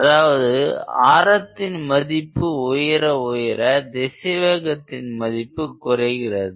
அதாவது ஆரத்தின் மதிப்பு உயர உயர திசைவேகத்தின் மதிப்பு குறைகிறது